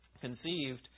conceived